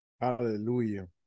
Hallelujah